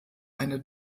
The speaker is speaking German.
eine